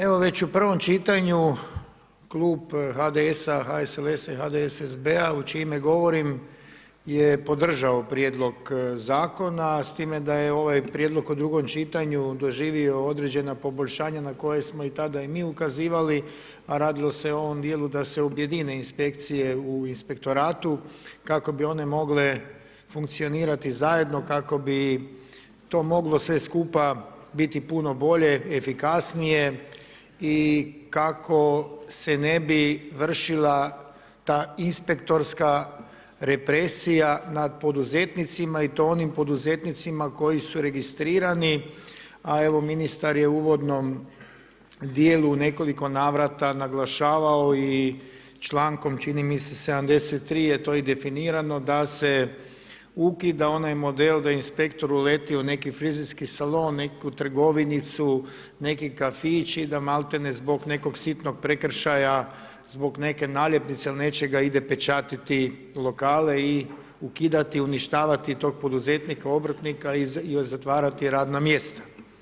Evo već u prvom čitanju, Klub HDS-a, HSLS-a i HDSSB-a, u čije ime govorim, je podržao Prijedlog Zakona, s time da je ovaj Prijedlog u drugom čitanju doživio određena poboljšanja na koje smo i tada i mi ukazivali, a radilo se o ovom dijelu da se objedine inspekcije u inspektoratu, kako bi one mogle funkcionirati zajedno, kako bi to moglo sve skupa biti puno bolje, efikasnije i kako se ne bi vršila ta inspektorska represija nad poduzetnicima i to onim poduzetnicima koji su registrirani, a evo ministar je u uvodnom dijelu u nekoliko navrata naglašavao i člankom, čini mi se 73., je to i definirano, da se ukida onaj model da inspektor uleti u neki frizerski salon, nekakvu trgovinicu, neki kafić i da malte ne zbog nekog sitnog prekršaja, zbog neke naljepnice ili nečega, ide pečatiti lokale i ukidati, uništavati tog poduzetnika, obrtnika, i zatvarati radna mjesta.